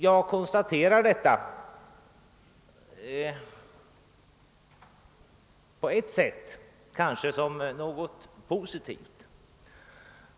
Jag konstaterar detta på ett sätt som någonting positivt.